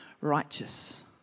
righteous